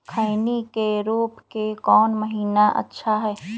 खैनी के रोप के कौन महीना अच्छा है?